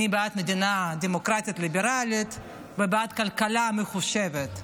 אני בעד מדינה דמוקרטית ליברלית ובעד כלכלה מחושבת.